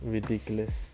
Ridiculous